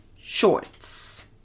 shorts